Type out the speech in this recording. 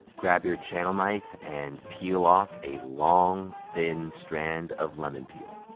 grab your channel knife and peel off a long, thin strand of lemon peel.